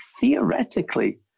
theoretically